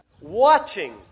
watching